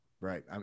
Right